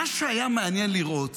מה שהיה מעניין לראות